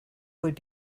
would